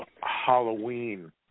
Halloween